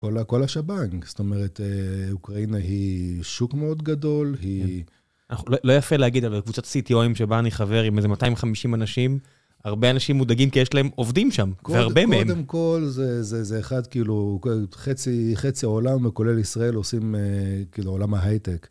כל השבן. זאת אומרת, אוקראינה היא שוק מאוד גדול, היא... לא יפה להגיד, אבל קבוצת CTO'ים שבה אני חבר עם איזה 250 אנשים, הרבה אנשים מודאגים כי יש להם עובדים שם, והרבה מהם. קודם כל זה אחד, כאילו, חצי העולם, כולל ישראל, עושים עולם ההייטק.